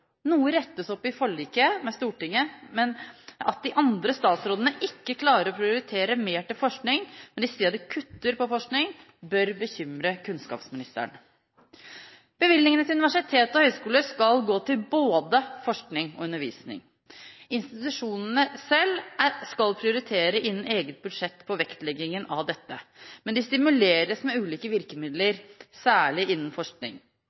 Noe rettes opp i forliket med Stortinget, men at de andre statsrådene ikke klarer å prioritere mer til forskning, men isteden kutter til forskning, bør bekymre kunnskapsministeren. Bevilgningene til universitet og høyskoler skal gå til både forskning og undervisning. Institusjonene selv skal prioritere innen eget budsjett på vektleggingen av dette. Men de stimuleres med ulike virkemidler, særlig innen forskning.